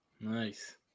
Nice